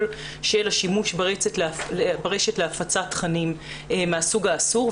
של השימוש ברשת להפצת תכנים מהסוג האסור,